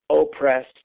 oppressed